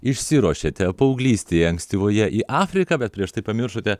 išsiruošėte paauglystėje ankstyvoje į afriką bet prieš tai pamiršote